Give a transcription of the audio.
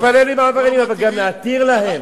להתפלל עם העבריינים, אבל גם להתיר להם.